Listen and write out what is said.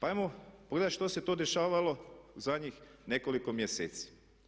Ajmo pogledati što se to dešavalo u zadnjih nekoliko mjeseci.